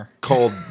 called